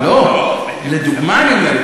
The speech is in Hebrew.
לא, לדוגמה, אני אומר.